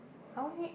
I only